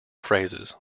phrases